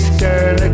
girl